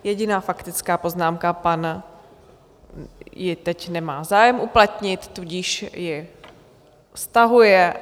Jediná faktická poznámka pan... ji teď nemá zájem uplatnit, tudíž ji stahuje.